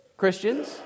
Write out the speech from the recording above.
Christians